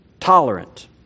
Tolerant